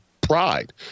pride